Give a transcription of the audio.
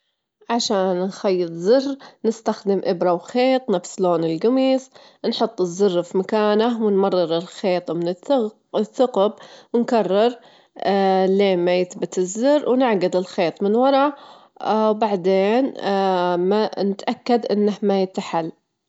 حتى تحضرين طبق سلطة فواكه، تاخدين الفواكه وتاخدينها منوعة متشكلة، تاخدين التفاح الموز البرتجان، وتجطعينهم جطع صغيرة، تصبين عليهم شوية عسل أو عصير ليمون لو تحبين، أو ممكن تضيفين مكسرات أو زبادي.